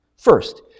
First